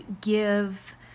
give